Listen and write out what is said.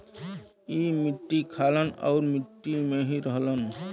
ई मट्टी खालन आउर मट्टी में ही रहलन